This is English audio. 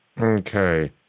Okay